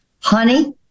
honey